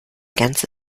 ganze